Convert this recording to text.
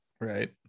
right